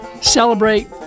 Celebrate